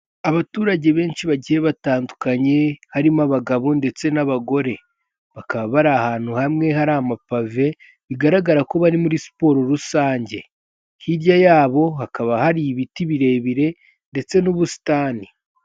Abaturage benshi bagiye batandukanye harimo abagabo ndetse n'abagore, bakaba bari ahantu hamwe hari amapave bigaragara ko bari muri siporo rusange, hirya y'abo hakaba hari ibiti birebire ndetse n'ubusitani.